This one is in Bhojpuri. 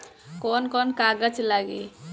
कौन कौन कागज लागी?